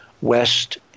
west